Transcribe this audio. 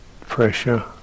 pressure